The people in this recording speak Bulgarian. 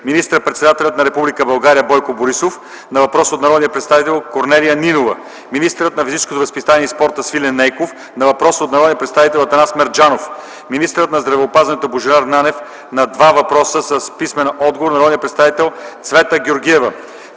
на Република България Бойко Борисов на въпрос от народния представител Корнелия Нинова; - министърът на физическото възпитание и спорта Свилен Нейков на въпрос от народния представител Атанас Мерджанов; - министърът на здравеопазването Божидар Нанев на два въпроса с писмен отговор на народния представител Цвета Георгиева.